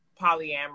polyamory